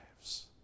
lives